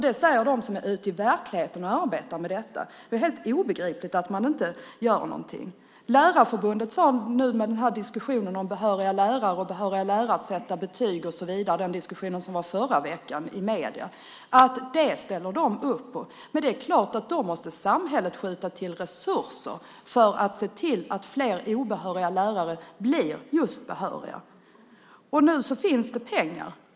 Det säger de som är ute i verkligheten och arbetar med detta. Det är helt obegripligt att man inte gör någonting. Lärarförbundet sade i diskussionen som var förra veckan i medierna om behöriga lärare, att behöriga lärare skulle sätta betyg och så vidare, att de ställer upp på detta. Men det är klart att samhället måste skjuta till resurser så att fler obehöriga lärare blir just behöriga. Nu finns det pengar.